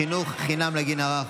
חינוך חינם לגיל הרך),